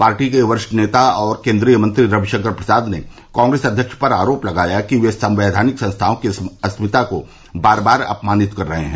party के वरिष्ठ नेता और केन्द्रीय मंत्री रवि शंकर प्रसाद ने कांग्रेस अध्यक्ष पर आरोप लगाया कि वे संवैधानिक संस्थाओं की अस्मिता को बार बार अपमानित कर रहे हैं